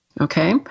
Okay